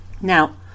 Now